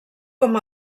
com